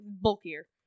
bulkier